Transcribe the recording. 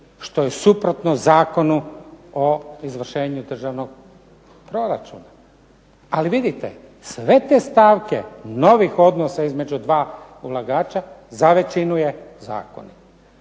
što je suprotno Zakonu o izvršenju državnog proračuna. Ali vidite, sve te stavke novih odnosa između dva ulagača za većinu je zakonito.